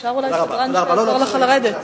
אפשר אולי סדרן שיעזור לך לרדת.